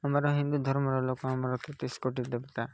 ଆମର ହିନ୍ଦୁ ଧର୍ମର ଲୋକ ଆମର ତେତିଶ କୋଟି ଦେବତା